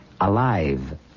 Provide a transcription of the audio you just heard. alive